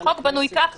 החוק בנוי כך